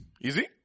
Easy